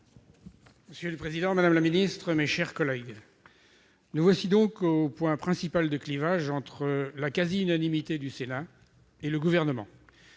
Monsieur le président, madame la secrétaire d'État, mes chers collègues, nous voici donc au point principal de clivage entre la quasi-totalité du Sénat et le Gouvernement.